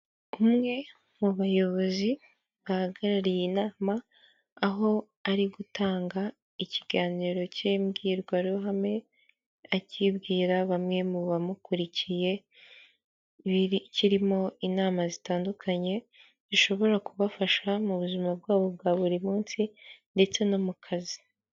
Umwe mu bayobozi bahagarariye inama aho ari gutanga ikiganiro cy'imbwirwaruhame akibwira bamwe mu bamukurikiye, kirimo inama zitandukanye zishobora kubafasha mu buzima bwabo bwa buri munsi ndetse no mu kazi.